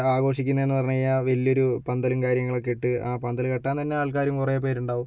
ആഘോഷിക്കുന്നതെന്ന് പറഞ്ഞു കഴിഞ്ഞാൽ വലിയൊരു പന്തലും കാര്യങ്ങളൊക്കെ ഇട്ട് ആ പന്തൽ കെട്ടാൻ തന്നെ ആൾക്കാർ കുറേപ്പേർ ഉണ്ടാവും